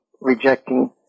rejecting